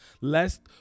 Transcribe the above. lest